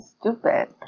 stupid